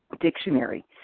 Dictionary